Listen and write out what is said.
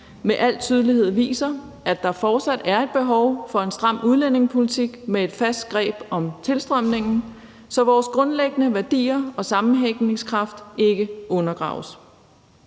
med al tydelighed viser, at der fortsat er et behov for en stram udlændingepolitik med et fast greb om tilstrømningen, så vores grundlæggende værdier og sammenhængskraft ikke undergraves.